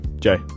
Jay